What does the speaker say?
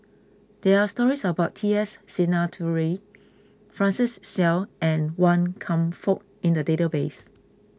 there are stories about T S Sinnathuray Francis Seow and Wan Kam Fook in the database